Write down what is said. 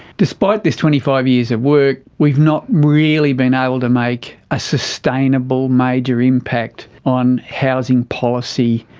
despite this twenty five years of work we've not really been able to make a sustainable major impact on housing policy,